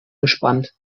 gespannt